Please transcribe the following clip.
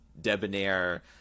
debonair